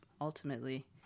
ultimately